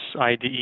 IDE